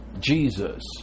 Jesus